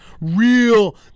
real